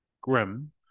Grim